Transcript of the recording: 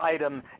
item